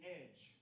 edge